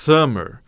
Summer